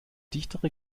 dichtere